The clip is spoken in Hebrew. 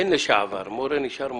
אין לשעבר, מורה נשאר מורה.